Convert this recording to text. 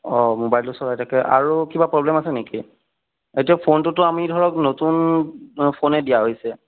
অঁ ম'বাইলটো চলাই থাকে আৰু কিবা প্ৰব্লেম আছে নেকি এতিয়া ফোনটোতো আমি ধৰক নতুন ফোনেই দিয়া হৈছে